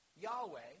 Yahweh